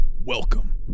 welcome